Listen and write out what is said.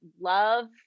love